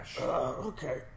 Okay